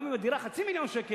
גם אם מחיר הדירה חצי מיליון שקל,